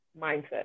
mindset